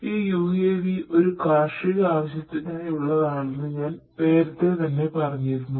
ഈ UAV ഒരു കാർഷിക ആവശ്യത്തിനായുള്ളതാണെന്നു ഞാൻ നേരത്തെ പറഞ്ഞിരുന്നു